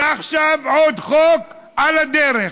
ועכשיו, עוד חוק על הדרך.